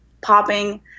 popping